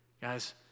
Guys